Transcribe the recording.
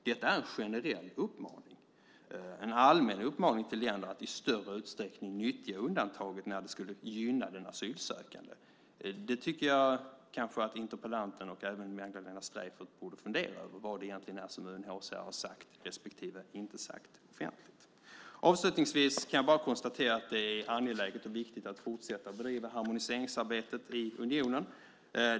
Detta är en generell uppmaning, en allmän uppmaning, till länder att i större utsträckning nyttja undantaget när det skulle gynna den asylsökande. Jag tycker kanske att interpellanten och även Magdalena Streijffert borde fundera över vad det egentligen är som UNHCR har sagt respektive inte sagt offentligt. Avslutningsvis kan jag bara konstatera att det är angeläget och viktigt att fortsätta att bedriva harmoniseringsarbetet i unionen.